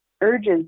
urges